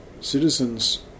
citizens